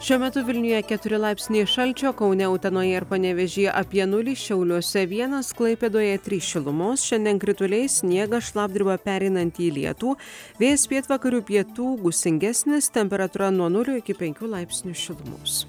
šiuo metu vilniuje keturi laipsniai šalčio kaune utenoje ir panevėžyje apie nulį šiauliuose vienas klaipėdoje trys šilumos šiandien krituliai sniegas šlapdriba pereinanti į lietų vėjas pietvakarių pietų gūsingesnis temperatūra nuo nulio iki penkių laipsnių šilumos